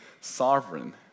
sovereign